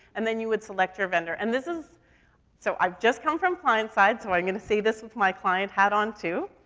and then you would select your vendor. and this is so i've just come from client side, so i'm gonna say this with my client hat on too.